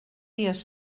dies